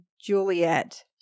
Juliet